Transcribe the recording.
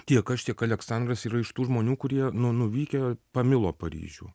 tiek aš tiek aleksandras yra iš tų žmonių kurie nu nuvykę pamilo paryžių